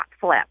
flip